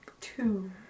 two